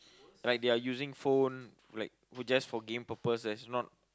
like they are using phone like just for game purpose and not